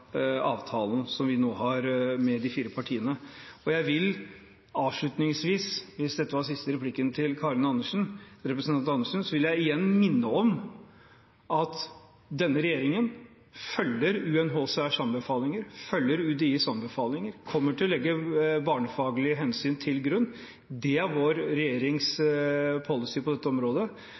avtalen som vi nå har mellom de fire partiene. Jeg vil avslutningsvis – hvis dette var siste replikken til representanten Karin Andersen – igjen minne om at denne regjeringen følger UNHCRs og UDIs anbefalinger og kommer til å legge barnefaglige hensyn til grunn. Det er vår regjerings policy på dette området,